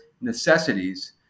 necessities